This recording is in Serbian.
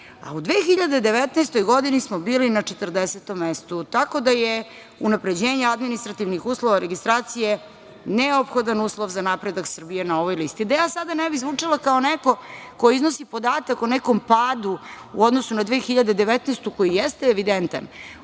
a u 2019. godini smo bili na 40. mestu, tako da je unapređenje administrativnih uslova registracije neophodan uslov za napredak Srbije na ovoj listi. Da ja sada ne bih zvučala kao neko ko iznosi podatak o nekom padu u odnosu na 2019. godinu, koji jeste evidentan,